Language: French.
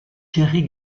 jerry